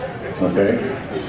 okay